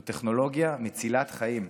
זו טכנולוגיה מצילת חיים.